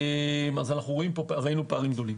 אז כאמור פערים גדולים.